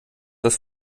das